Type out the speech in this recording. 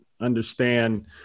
understand